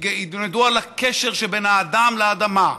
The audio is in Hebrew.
ילמדו על הקשר שבין האדם לאדמה,